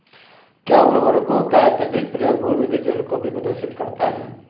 क्या उर्वरकों का अत्यधिक प्रयोग भूमिगत जल को भी प्रदूषित करता है?